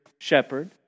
shepherd